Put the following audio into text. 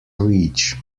reach